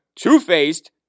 two-faced